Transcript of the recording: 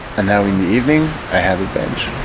and now in the evening i have a bench